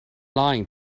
lying